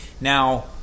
now